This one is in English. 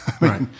Right